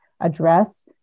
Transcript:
address